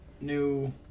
new